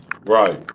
Right